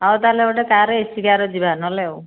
ଆଉ ତାହେଲେ ଗୋଟେ କାର ଏସି କାର ରେ ଯିବା ନହେଲେ ଆଉ